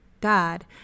God